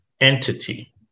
entity